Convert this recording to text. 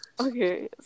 okay